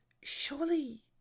surely